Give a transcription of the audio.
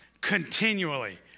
continually